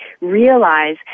realize